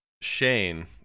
Shane